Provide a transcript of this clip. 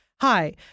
hi